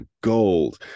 gold